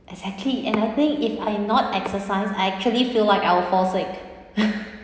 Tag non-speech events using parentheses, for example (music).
exactly and I think if I am not exercise I actually feel like I'll fall sick (laughs)